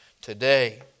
today